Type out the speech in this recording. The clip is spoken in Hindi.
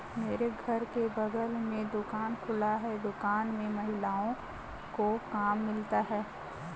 मेरे घर के बगल में दुकान खुला है दुकान में महिलाओं को काम मिलता है